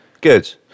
Good